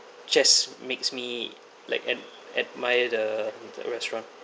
just makes me like and admire the restaurant